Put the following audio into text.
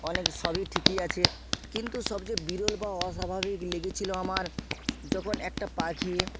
অনেক সবই ঠিকই আছে কিন্তু সবচেয়ে বিরল বা অস্বাভাবিক লেগেছিলো আমার যখন একটা পাখি